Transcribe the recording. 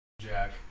jack